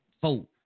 Four